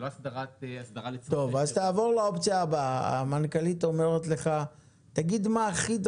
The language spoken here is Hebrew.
הדברים האלה מגיעים לכאן לאישור